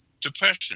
depression